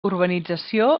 urbanització